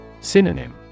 Synonym